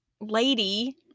lady